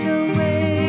away